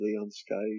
unscathed